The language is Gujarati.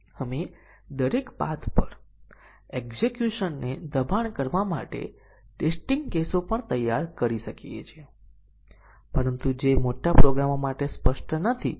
હવે જો આપણે શોધી કાઢીએ કે MCDC કવરેજ પ્રાપ્ત કરનારા ટેસ્ટીંગ ના કયા કેસ છે તો તે 2 3 4 6 અથવા 2 3 4 7 અથવા છે 1 2 3 4 5